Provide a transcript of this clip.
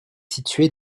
située